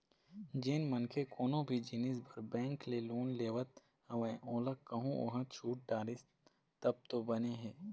जेन मनखे कोनो भी जिनिस बर बेंक ले लोन लेवत हवय ओला कहूँ ओहा छूट डरिस तब तो बने हे